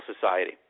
Society